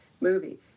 movie